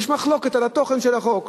יש מחלוקת על התוכן של החוק,